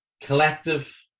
collective